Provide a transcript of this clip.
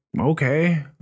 okay